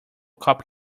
cop